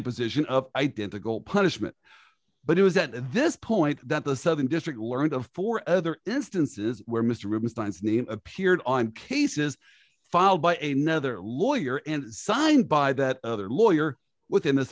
imposition of identical punishment but it was at this point that the southern district learned of four other instances where mr rubinstein's name appeared on cases filed by a nother lawyer and signed by that other lawyer within the